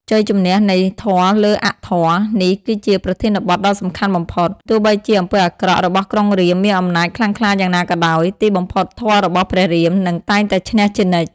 ជ័យជំនះនៃធម៌លើអធម៌ នេះគឺជាប្រធានបទដ៏សំខាន់បំផុត ទោះបីជាអំពើអាក្រក់របស់ក្រុងរាពណ៍មានអំណាចខ្លាំងក្លាយ៉ាងណាក៏ដោយ ទីបំផុតធម៌របស់ព្រះរាម នឹងតែងតែឈ្នះជានិច្ច ។